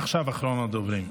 עכשיו אחרון הדוברים,